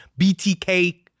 BTK